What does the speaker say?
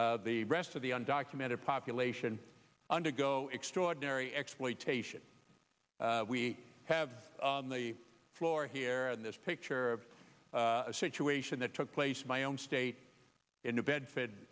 as the rest of the undocumented population undergo extraordinary exploitation we have on the floor here in this picture of a situation that took place my own state in new bed